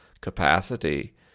capacity